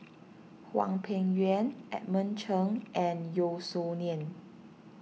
Hwang Peng Yuan Edmund Cheng and Yeo Song Nian